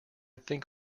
think